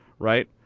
right?